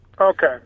Okay